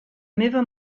meva